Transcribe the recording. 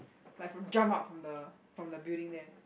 like from jump out from the from the building there